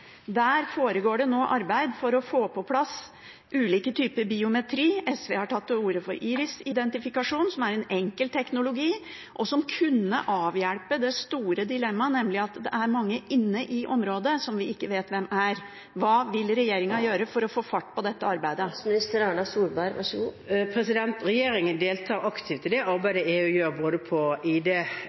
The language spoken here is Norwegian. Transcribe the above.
foregår det nå et arbeid for å få på plass ulike typer biometri. SV har tatt til orde for iris-identifikasjon, som er en enkel teknologi, og som kunne avhjulpet det store dilemmaet, nemlig at det er mange inne i området som vi ikke vet hvem er. Hva vil regjeringen gjøre for å få fart på dette arbeidet? Regjeringen deltar aktivt i det arbeidet EU gjør, både